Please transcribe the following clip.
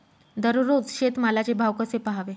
दररोज शेतमालाचे भाव कसे पहावे?